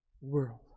world